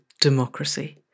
democracy